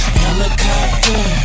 helicopter